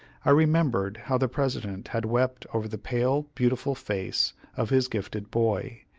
i remembered how the president had wept over the pale beautiful face of his gifted boy,